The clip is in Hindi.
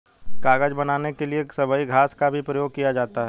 कागज बनाने के लिए सबई घास का भी प्रयोग किया जाता है